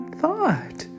thought